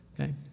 Okay